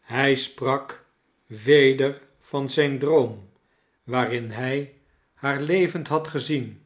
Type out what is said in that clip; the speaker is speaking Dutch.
hij sprak weder van zijn droom waarin hij haar levend had gezien